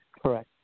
Correct